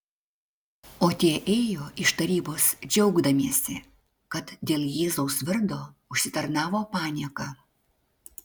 o tie ėjo iš tarybos džiaugdamiesi kad dėl jėzaus vardo užsitarnavo panieką